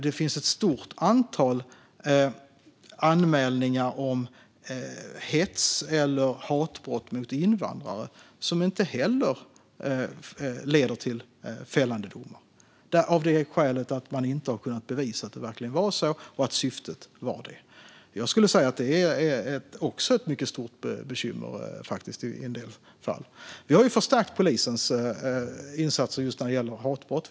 Det finns ett stort antal anmälningar om hets eller hatbrott mot invandrare som inte heller har lett till fällande domar av det skälet att man inte har kunnat bevisa att det var fråga om det eller att syftet var det. Detta är också ett mycket stort bekymmer i en del fall. Vi har förstärkt polisens insatser när det gäller hatbrott.